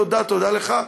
תודה, תודה לך.